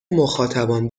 مخاطبان